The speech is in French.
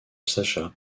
sacha